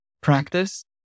practice